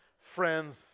friends